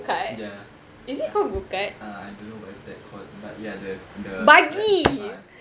ya ya uh I don't know what is that called but ya the the buggy part